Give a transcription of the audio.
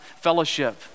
fellowship